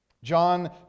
John